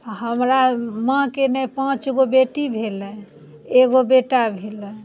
हमरा माँके ने पाँच गो बेटी भेलै एगो बेटा भेलै